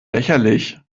lächerlich